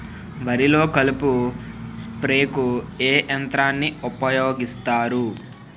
వరిలో కలుపు స్ప్రేకు ఏ యంత్రాన్ని ఊపాయోగిస్తారు?